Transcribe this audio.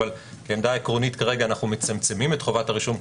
העמדה העקרונית כרגע שאנחנו מצמצמים את חובת הרישום,